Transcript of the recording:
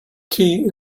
tea